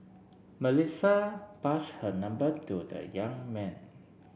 Melissa pass her number to the young man